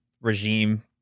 regime